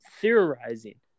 theorizing